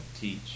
teach